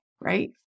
right